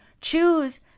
choose